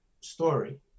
story